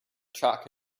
chalk